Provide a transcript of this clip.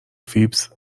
فیبز